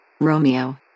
Romeo